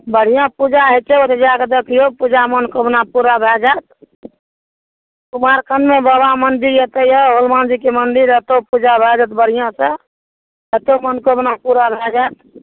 बढ़िआँ पूजा होयतै जा के देखिऔ पूजा मनोकामना पूरा भए जाएत कुमारखंडमे बाबा मंदिर होयतै हनुमान जी मंदिर होयतै पूजा भए जाएत बढ़िआँ से एतहुँ मनोकामना पूरा भए जाएत